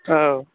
औ